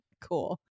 Cool